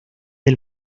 del